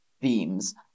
themes